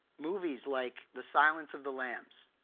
movies like the silence of the lambs.